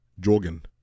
Jorgen